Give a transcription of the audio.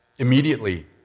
Immediately